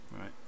right